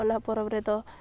ᱚᱱᱟ ᱯᱚᱨᱚᱵᱽ ᱨᱮᱫᱚ